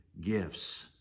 gifts